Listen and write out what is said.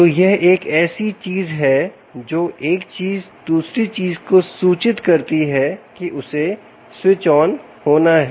तोयह एक ऐसी चीज है जो एक चीज दूसरी चीज को सूचित करती है कि उसे स्विच ऑन होना है